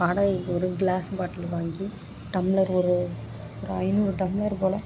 வாடகைக்கு ஒரு glass bottle வாங்கி டம்ளரு ஒரு ஒரு ஐநூறு டம்ளரு போல்